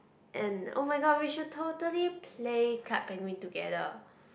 and oh-my-god we should totally play Club Penguin together